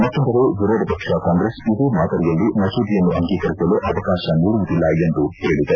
ಮತ್ತೊಂದೆಡೆ ವಿರೋಧ ಪಕ್ಷ ಕಾಂಗ್ರೆಸ್ ಇದೇ ಮಾದರಿಯಲ್ಲಿ ಮಸೂದೆಯನ್ನು ಅಂಗೀಕರಿಸಲು ಅವಕಾಶ ನೀಡುವುದಿಲ್ಲ ಎಂದು ಹೇಳಿದೆ